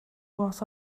was